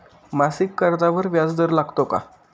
मासिक कर्जावर व्याज दर लागतो का?